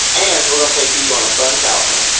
and we are going to take you you on a fun coyote hunt.